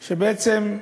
שבעצם,